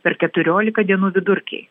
per keturiolika dienų vidurkiai